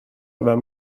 vem